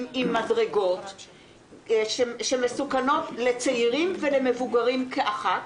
עם מדרגות שמסוכנות לצעירים ולמבוגרים כאחד.